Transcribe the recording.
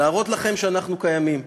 להראות לכם שאנחנו קיימים.